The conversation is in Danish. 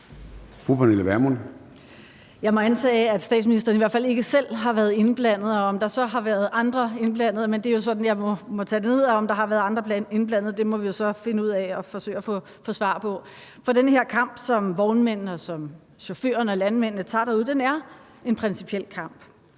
Jeg må antage, at statsministeren i hvert fald ikke selv har været indblandet – det er sådan, jeg må forstå det – og om der så har været andre indblandet, må vi jo så finde ud af at forsøge at få svar på. For den her kamp, som vognmændene, chaufførerne og landmændenes tager derude, er en principiel kamp.